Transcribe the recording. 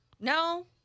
No